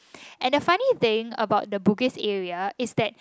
and the funny thing about the Bugis area is that